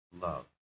love